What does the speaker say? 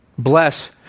Bless